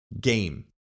game